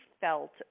felt